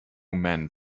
men